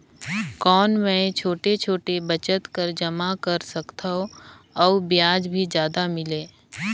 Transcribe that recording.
कौन मै छोटे छोटे बचत कर जमा कर सकथव अउ ब्याज भी जादा मिले?